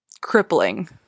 crippling